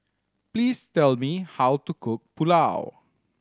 please tell me how to cook Pulao